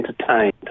entertained